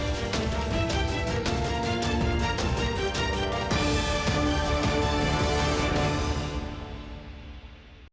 Дякую,